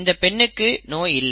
இந்தப் பெண்ணுக்கு நோய் இல்லை